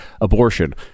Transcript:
abortion